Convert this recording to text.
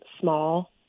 small